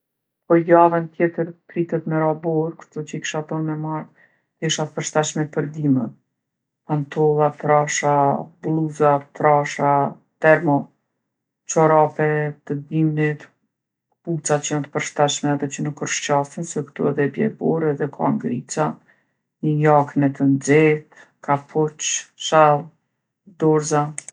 Po javën tjetër pritet me ra borë, kshtu që i kisha thon me marr tesha t'përshtatshme për dimër. Pantolla trasha, blluza trasha, termo çorape të dimnit, kpuca që jon t'përshtatshme edhe që nuk rrshqasin se ktu edhe bje borë edhe ka ngrica. Ni jakne t'nxehtë, kapuç, shall, dorza.